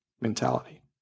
mentality